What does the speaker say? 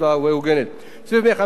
סעיף 157 לפקודה,